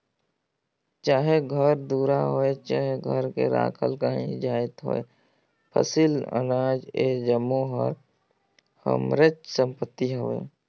चाहे घर दुरा होए चहे घर में राखल काहीं जाएत होए फसिल, अनाज ए जम्मो हर हमरेच संपत्ति हवे